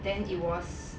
then it was